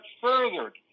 furthered